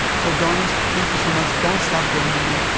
so donors, thank you so much, don't stop donating.